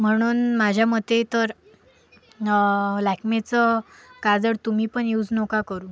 म्हणून माझ्या मते तर लॅक्मेचं काजळ तुम्हीपण युज नका करू